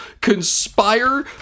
conspire